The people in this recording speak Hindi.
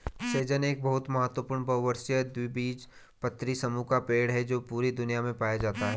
सहजन एक बहुत महत्वपूर्ण बहुवर्षीय द्विबीजपत्री समूह का पेड़ है जो पूरी दुनिया में पाया जाता है